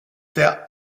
der